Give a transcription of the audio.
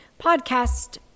podcast